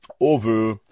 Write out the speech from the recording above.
over